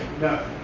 No